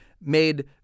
made